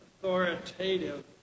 authoritative